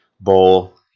bowl –